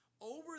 over